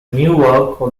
newark